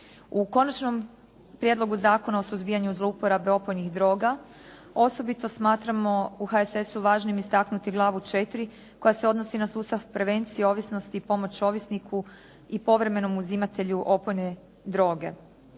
U Konačnom prijedlogu Zakona o suzbijanju zlouporabe opojnih droga osobito smatramo u HSS-u važnim istaknuti glavu 4 koja se odnosi na sustav prevencije ovisnosti, pomoć ovisniku i povremeno uzimatelju opojne droge.